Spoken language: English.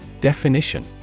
Definition